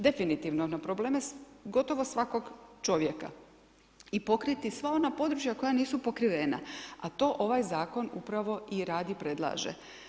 Definitivno na probleme gotovo svakog čovjeka i pokriti sva ona područja koja nisu pokrivena, a to ovaj Zakon upravo i radi, predlaže.